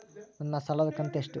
ನನ್ನ ಸಾಲದು ಕಂತ್ಯಷ್ಟು?